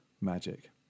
magic